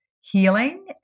healing